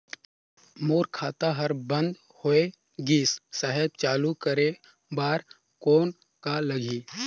मोर खाता हर बंद होय गिस साहेब चालू करे बार कौन का लगही?